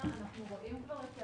אני מבקשת